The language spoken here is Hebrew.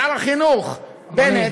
שר החינוך בנט,